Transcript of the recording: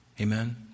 Amen